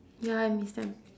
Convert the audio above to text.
ya I understand